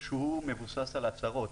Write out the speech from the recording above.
שמבוסס על הצהרות,